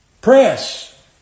press